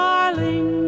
Darling